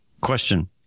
Question